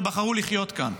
ובחרו לחיות כאן.